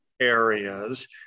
areas